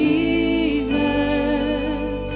Jesus